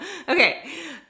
Okay